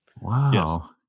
Wow